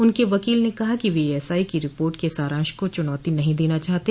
उनके वकील ने कहा कि वे एएसआई की रिपोर्ट के सारांश को चूनौती नहीं देना चाहते